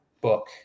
book